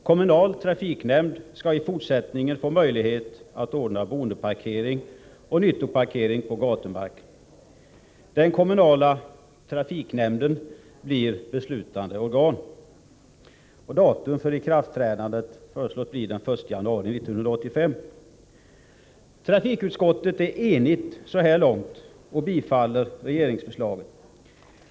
Kommunal trafiknämnd skall i fortsättningen få möjlighet att ordna boendeparkering och nyttoparkering på gatumark. Den kommunala trafiknämnden blir beslutande organ. Datum för ikraftträdandet föreslås bli den 1 januari 1985. Trafikutskottet är enigt så långt och tillstyrker regeringsförslaget.